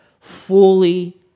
fully